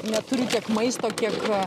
neturiu tiek maisto kiek